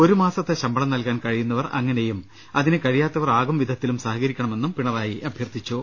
ഒരു മാസത്തെ ശമ്പളം നൽകാൻ കഴിയുന്നവർ അങ്ങനെയും അതിന് കഴിയാത്തവർ ആകുംവിധ ത്തിലും സഹകരിക്കണമെന്നും പിണറായി അഭ്യർത്ഥിച്ചു